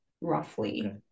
roughly